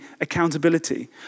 accountability